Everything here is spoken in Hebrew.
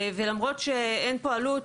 ולמרות שאין פה עלות,